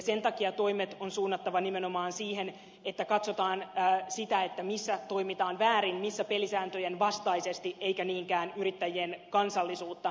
sen takia toimet on suunnattava nimenomaan siihen että katsotaan sitä missä toimitaan väärin missä pelisääntöjen vastaisesti eikä niinkään yrittäjien kansallisuutta